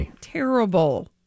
terrible